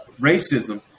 racism